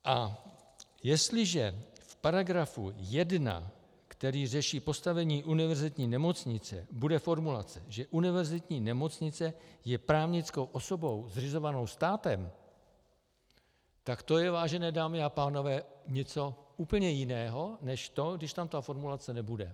A jestliže v § 1, který řeší postavení univerzitní nemocnice, bude formulace, že univerzitní nemocnice je právnickou osobou zřizovanou státem, tak to je, vážené dámy a pánové, něco úplně jiného než to, když tam ta formulace nebude.